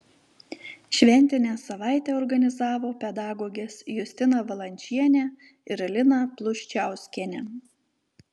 šventinę savaitę organizavo pedagogės justina valančienė ir lina pluščiauskienė